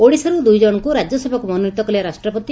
ଓଡିଶାରୁ ଦୁଇଜଶଙ୍କୁ ରାଜ୍ୟସଭାକୁ ମନୋନୀତ କଲେ ରାଷ୍ଟ୍ରପତି